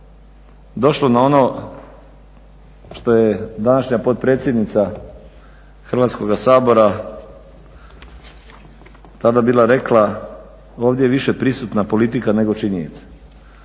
došlo na ono što je današnja potpredsjednica Hrvatskoga sabora tada bila rekla, ovdje je više prisutna politika nego činjenice.